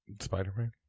Spider-Man